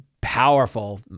powerful